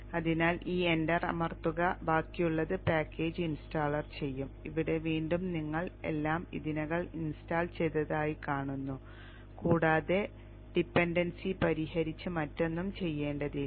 അതിനാൽ ഈ എന്റർ അമർത്തുക ബാക്കിയുള്ളത് പാക്കേജ് ഇൻസ്റ്റാളർ ചെയ്യും ഇവിടെ വീണ്ടും നിങ്ങൾ എല്ലാം ഇതിനകം ഇൻസ്റ്റാൾ ചെയ്തതായി കാണുന്നു കൂടാതെ ഡിപൻഡൻസി പരിഹരിച്ച് മറ്റൊന്നും ചെയ്യേണ്ടതില്ല